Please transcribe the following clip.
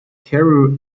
carew